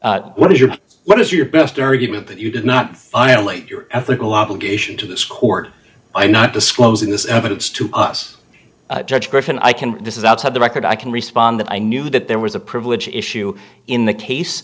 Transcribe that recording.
of what is your what is your best argument that you did not find only your ethical obligation to this court i'm not disclosing this evidence to us judge griffin i can this is outside the record i can respond that i knew that there was a privilege issue in the case